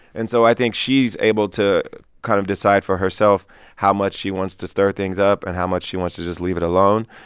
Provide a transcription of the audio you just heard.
and so i think she's able to kind of decide for herself how much she wants to stir things up and how much she wants to just leave it alone.